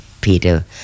Peter